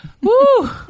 Woo